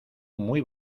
muy